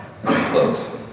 close